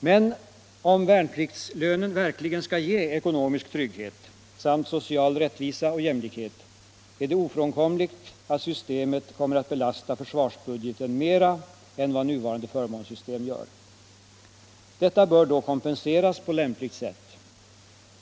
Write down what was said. Men om värnpliktslönen verkligen skall ge ekonomisk trygghet samt social rättvisa och jämlikhet, är det ofrånkomligt att systemet kommer att belasta försvarsbudgeten mera än vad nuvarande förmånssystem gör. Detta bör då kompenseras på lämpligt sätt.